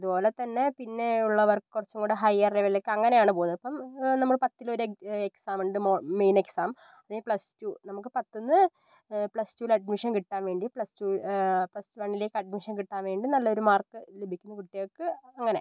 അതുപോലെ തന്നെ പിന്നെയുള്ളവർക്ക് കുറച്ചും കൂടെ ഹയർ ലെവലിലേക്ക് അങ്ങനെയാണ് പോകുന്നത് അപ്പം നമ്മള് പത്തില് ഒര് എക് എക്സാം ഉണ്ട് മോഡ് മെയിൻ എക്സാം പിന്നെ പ്ലസ് ടു നമുക്ക് പത്തിന്ന് പ്ലസ്ടുല് അഡ്മിഷൻ കിട്ടാൻ വേണ്ടി പ്ലസ് ടു പ്ലസ് വണ്ണിലേക്ക് അഡ്മിഷൻ കിട്ടാൻ വേണ്ടി നല്ലൊരു മാർക്ക് ലഭിക്കുന്ന കുട്ടികൾക്ക് അങ്ങനെ